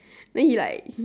then he like he